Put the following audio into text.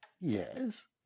Yes